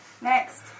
Next